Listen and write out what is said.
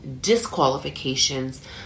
disqualifications